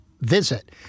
visit